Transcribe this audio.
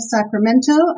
Sacramento